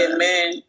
Amen